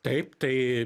taip tai